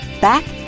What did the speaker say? back